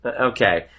okay